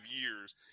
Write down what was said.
years